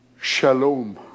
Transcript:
shalom